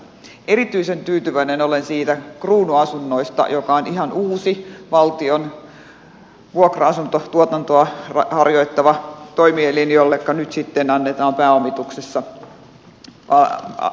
erityisen tyytyväinen olen kruunuasunnoista joka on ihan uusi valtion vuokra asuntotuotantoa harjoittava toimielin jolle nyt sitten annetaan pääomituksessa